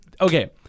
okay